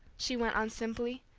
she went on simply,